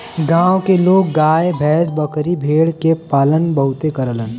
गांव के लोग गाय भैस, बकरी भेड़ के पालन बहुते करलन